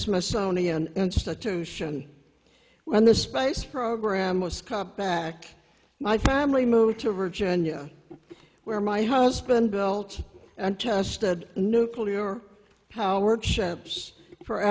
smithsonian institution when the space program was cut back my family moved to virginia where my husband built and tested nuclear powered ships for